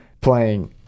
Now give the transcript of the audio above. playing